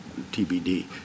TBD